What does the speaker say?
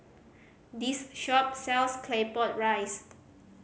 this shop sells Claypot Rice